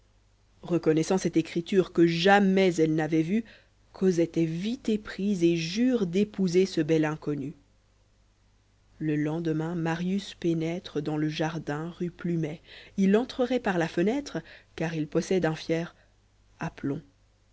reconnaissant cette écriture que jamais elle n'avait vu cosette est vite éprise et jure d'épouser ce bel inconnu le lendemain marius pénètre dans le jardin rue plumet il entrerait par la fenêtre car il possède un fier